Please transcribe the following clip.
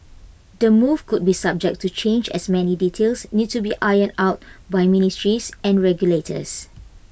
the move could be subject to change as many details need to be ironed out by ministries and regulators